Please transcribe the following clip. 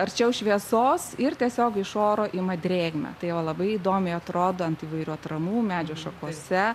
arčiau šviesos ir tiesiog iš oro ima drėgmę tai va labai įdomiai atrodo ant įvairių atramų medžio šakose